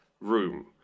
room